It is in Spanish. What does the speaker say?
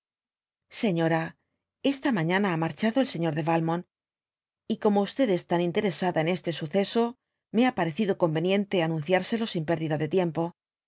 a esta mañana ha marchado el señor de valmont y como v es tan interesada en este suceso me ha parecido conveniente anmiciarselo sin perdida de tiempo